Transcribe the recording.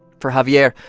for javier,